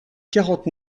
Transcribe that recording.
quarante